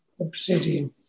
Obsidian